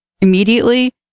immediately